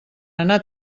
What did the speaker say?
anar